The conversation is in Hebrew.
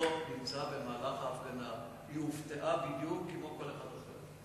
שכבודו בהפגנה, והשוטרים הופתעו ככל אדם אחר.